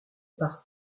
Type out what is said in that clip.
par